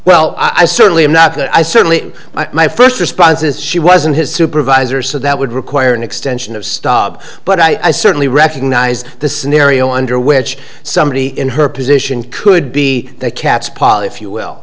well i certainly am not that i certainly my first response is she wasn't his supervisor so that would require an extension of stop but i certainly recognize the scenario under which somebody in her position could be catspaw if you will